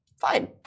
fine